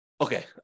Okay